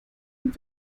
und